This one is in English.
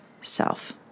self